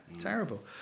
Terrible